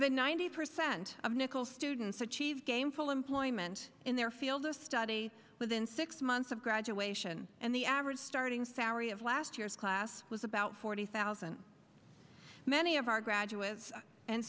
than ninety percent of nickell students achieve gainful employment in their field of study within six months of graduation and the average starting salary of last year's class was about forty thousand many of our graduates and